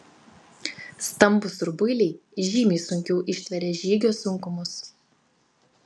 stambūs rubuiliai žymiai sunkiau ištveria žygio sunkumus